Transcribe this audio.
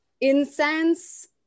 incense